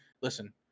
Listen